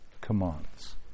commands